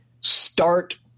start